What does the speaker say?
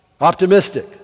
Optimistic